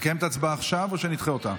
לקיים את ההצבעה עכשיו, או שנדחה אותה?